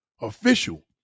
Official